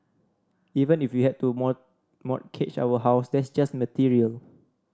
even if we had to more mortgage our house that's just material